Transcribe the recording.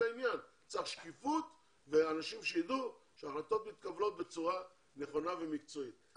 צריכה להיות שקיפות ואנשים ידעו שההחלטות מתקבלות בצורה נכונה ומקצועית.